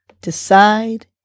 decide